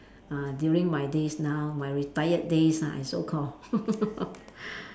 uh during my days now my retired days ah it's so call